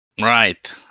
Right